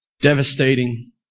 devastating